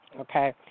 okay